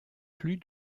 plus